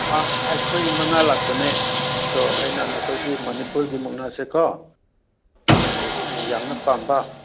ꯑꯩꯈꯣꯏ ꯃꯪꯉꯥ ꯂꯥꯛꯄꯅꯦ ꯑꯗꯣ ꯑꯩꯅ ꯅꯈꯣꯏꯒꯤ ꯃꯅꯤꯄꯨꯔꯒꯤ ꯃꯨꯛꯅꯥꯁꯦꯀꯣ ꯌꯥꯝꯅ ꯄꯥꯝꯕ